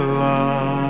love